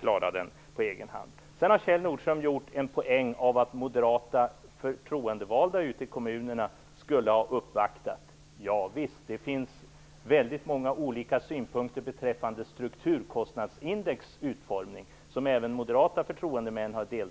klara den på egen hand. Sedan har Kjell Nordström gjort en poäng av att moderata förtroendevalda ute i kommunerna skulle ha deltagit i uppvaktningar. Ja visst, det finns många olika synpunkter beträffande utformningen av strukturkostnadsindex även bland moderata förtroendemän.